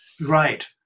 Right